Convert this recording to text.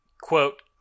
quote